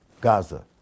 Gaza